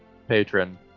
patron